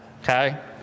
Okay